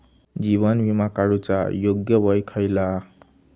जीवन विमा काडूचा योग्य वय खयला?